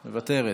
מוותרת.